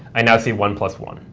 i now see one plus one.